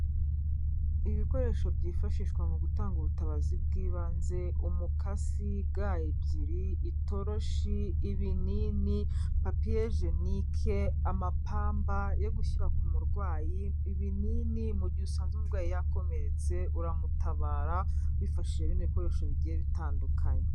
Ibikoresho byifashishwa mu gutanga ubutabazi bw'ibanze, umukasi, ga ebyiri, itoroshi, ibinini, papiye jenike, amapamba yo gushyira ku murwayi, ibinini; mu gihe usanzwe umurwayi yakomeretse uramutabara, wifashishije bino bikoresho bigiye bitandukanye.